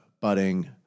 budding